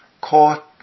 Caught